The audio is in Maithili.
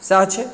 सएह छै